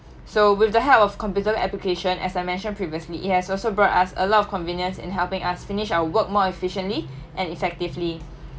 so with the help of computer application as I mentioned previously it has also brought us a lot of convenience in helping us finish our work more efficiently and effectively